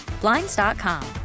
blinds.com